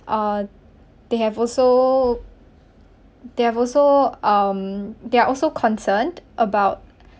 uh they have also they have also um they are also concerned about